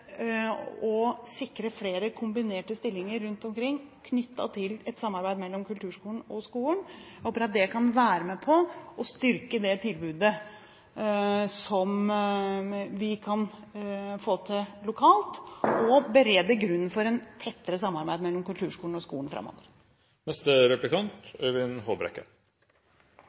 å sikre flere kombinerte stillinger rundt omkring knyttet til et samarbeid mellom kulturskolen og skolen, kan være med på å styrke det tilbudet som vi kan få til lokalt, og berede grunnen for et tettere samarbeid mellom kulturskolen og skolen framover.